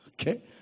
okay